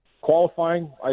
Qualifying